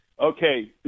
Okay